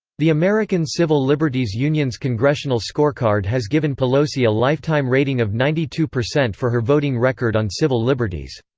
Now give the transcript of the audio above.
the american civil liberties union's congressional scorecard has given pelosi a lifetime rating of ninety two percent for her voting record on civil liberties.